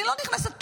אני לא נכנסת פה,